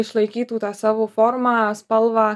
išlaikytų tą savo formą spalvą